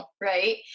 Right